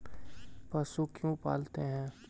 पशु क्यों पालते हैं?